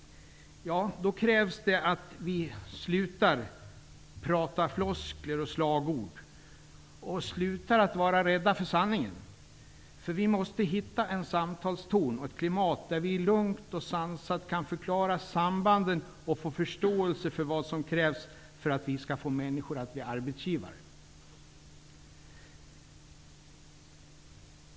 Då krävs det att vi slutar att använda floskler och slagord och att vara rädda för sanningen. Vi måste hitta en samtalston och ett klimat, där vi lugnt och sansat kan förklara sambanden och få förståelse för vad som krävs för att vi skall få människor att bli arbetsgivare.